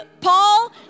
Paul